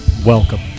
Welcome